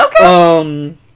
Okay